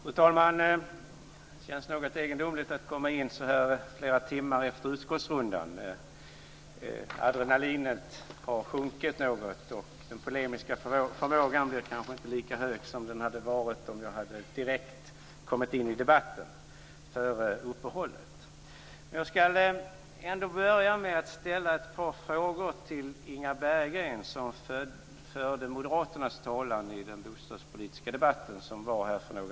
Fru talman! Det känns något egendomligt att komma in i debatten flera timmar efter utskottsrundan. Adrenalinet har sjunkit något, och den polemiska förmågan blir kanske inte lika stor som den hade varit om jag hade kommit in i debatten före uppehållet. Jag ska ändå börja med att ställa ett par frågor till Inga Berggren som förde moderaternas talan i den bostadspolitiska debatten för några timmar sedan.